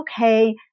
okay